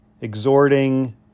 exhorting